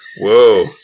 Whoa